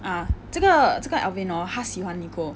ah 这个这个 alvin hor 他喜欢 nicole